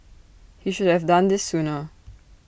he should have done this sooner